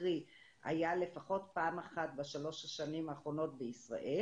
קרי היה לפחות פעם אחת בשלוש השנים האחרונות בישראל